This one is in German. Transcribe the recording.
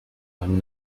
beim